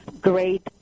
great